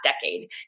decade